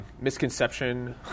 misconception